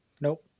Nope